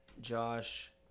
Josh